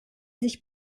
sich